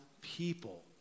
people